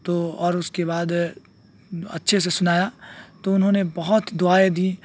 تو اور اس کے بعد اچھے سے سنایا تو انہوں نے بہت دعائیں دیں